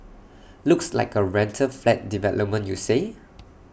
looks like A rental flat development you say